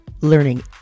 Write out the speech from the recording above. learning